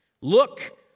Look